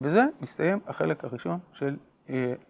בזה מסתיים החלק הראשון של...